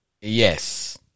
Yes